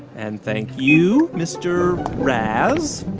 and thank you, mr. razz